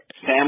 Sam